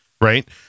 right